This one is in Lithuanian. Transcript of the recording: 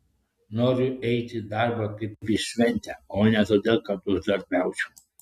noriu eiti į darbą kaip į šventę o ne todėl kad uždarbiaučiau